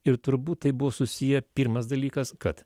ir turbūt tai buvo susiję pirmas dalykas kad